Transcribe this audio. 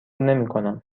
نمیکنم